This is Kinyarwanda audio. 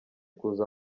kuza